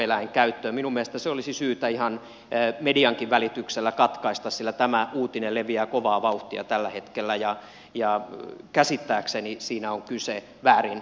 minun mielestäni ne olisi syytä ihan mediankin välityksellä katkaista sillä tämä uutinen leviää kovaa vauhtia tällä hetkellä ja käsittääkseni siinä on kyse väärinymmärryksestä